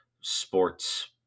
sports